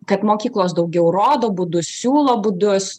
kad mokyklos daugiau rodo būdus siūlo būdus